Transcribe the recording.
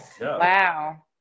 Wow